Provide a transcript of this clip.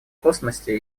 космосе